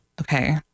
Okay